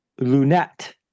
lunette